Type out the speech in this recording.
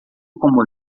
como